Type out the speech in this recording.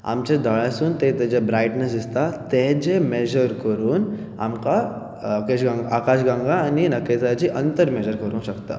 आमच्या दोळ्यासून तें तेजें ब्रायट्नस दिसता तेजें मेजर करून आमकां आकाश आकाशगंगा आनी नकेत्राची अंतर मेजर करूं शकता